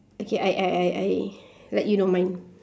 okay I I I I let you know mine